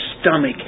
stomach